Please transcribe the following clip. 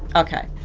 okay.